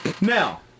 Now